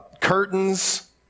curtains